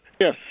Yes